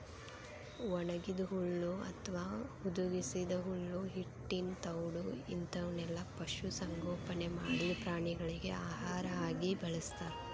ಒಣಗಿದ ಹುಲ್ಲು ಅತ್ವಾ ಹುದುಗಿಸಿದ ಹುಲ್ಲು ಹಿಟ್ಟಿನ ತೌಡು ಇಂತವನ್ನೆಲ್ಲ ಪಶು ಸಂಗೋಪನೆ ಮಾಡಿದ ಪ್ರಾಣಿಗಳಿಗೆ ಆಹಾರ ಆಗಿ ಬಳಸ್ತಾರ